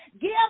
Give